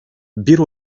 bir